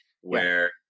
where-